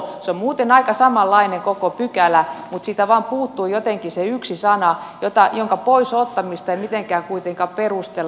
se on muuten aika samanlainen koko pykälä mutta siitä vain puuttuu jotenkin se yksi sana jonka pois ottamista ei mitenkään kuitenkaan perustella